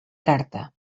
carta